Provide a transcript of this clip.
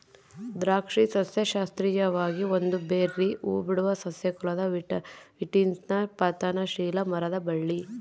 ದ್ರಾಕ್ಷಿ ಸಸ್ಯಶಾಸ್ತ್ರೀಯವಾಗಿ ಒಂದು ಬೆರ್ರೀ ಹೂಬಿಡುವ ಸಸ್ಯ ಕುಲದ ವಿಟಿಸ್ನ ಪತನಶೀಲ ಮರದ ಬಳ್ಳಿ